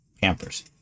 campers